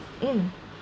mm